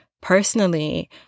Personally